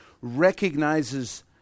recognizes